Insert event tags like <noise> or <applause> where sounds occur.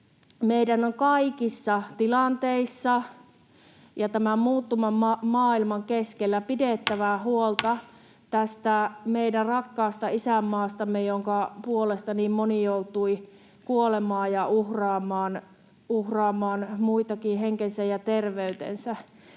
meidän on kaikissa tilanteissa ja tämän muuttuvan maailman keskellä pidettävä huolta <noise> tästä meidän rakkaasta isänmaastamme, jonka puolesta niin moni joutui kuolemaan ja uhraamaan muutenkin henkensä ja terveytensä,